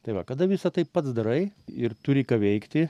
tai va kada visa tai pats darai ir turi ką veikti